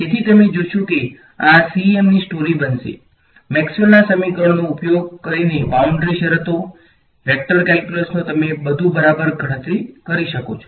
તેથી તમે જોશો કે આ CEM ની સ્ટોરી બનશે મેક્સવેલના સમીકરણો નો ઉપયોગ કરીને બાઉંડ્રી શરતો વેક્ટર કેલ્ક્યુલસનો તમે બધું બરાબર ગણતરી કરી શકો છો